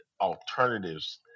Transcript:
alternatives